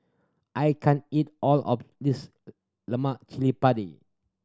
I can't eat all of this lemak cili padi